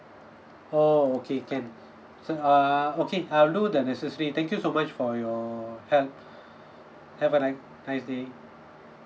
oh okay can so err okay I'll do the necessary thank you so much for your help have a ni~ nice day